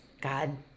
God